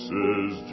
Says